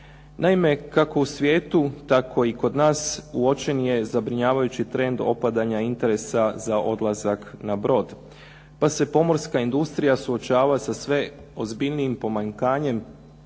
Naime, kako u svijetu tako i kod nas uočen je zabrinjavajući trend opadanja interesa odlazak na brod, pa se pomorska industrija suočava sa sve ozbiljnijim pomanjkanjem